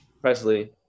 Presley